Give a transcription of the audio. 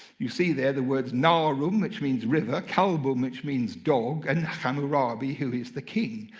you see there the words naruum which means river, kaalbuum which means dog, and haammurabi who is the king.